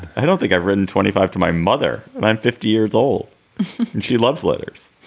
i don't think i've written twenty five to my mother. i'm fifty years old and she loves letters.